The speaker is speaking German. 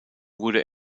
wurde